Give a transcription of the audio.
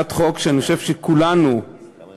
הצעת חוק שאני חושב שכולנו מחויבים,